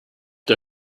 der